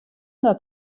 dat